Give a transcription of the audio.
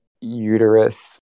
uterus